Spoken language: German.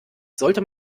sollte